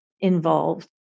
involved